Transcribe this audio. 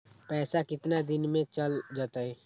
पैसा कितना दिन में चल जतई?